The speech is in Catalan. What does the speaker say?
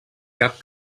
cap